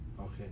okay